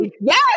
yes